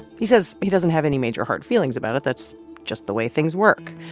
he says he doesn't have any major hard feelings about it. that's just the way things work.